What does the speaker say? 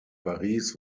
paris